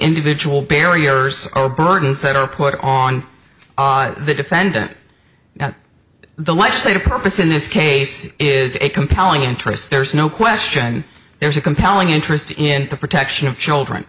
individual barriers oh burdens that are put on the defendant now the legislative purpose in this case is a compelling interest there's no question there's a compelling interest in the protection of children